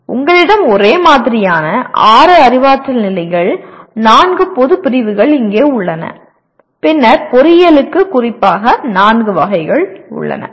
உங்களிடம் ஒரே மாதிரியான 6 அறிவாற்றல் நிலைகள் 4 பொது பிரிவுகள் இங்கே உள்ளன பின்னர் பொறியியலுக்கு குறிப்பாக 4 வகைகள் உள்ளன